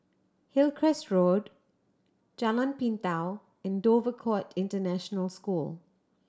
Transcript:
Hillcrest Road Jalan Pintau and Dover Court International School